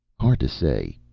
hard to say.